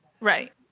Right